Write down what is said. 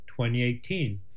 2018